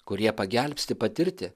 kurie pagelbsti patirti